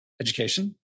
Education